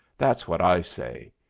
that's what i say.